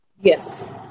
Yes